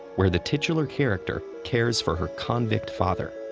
where the titular character cares for her convict father.